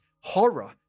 horror